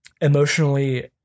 emotionally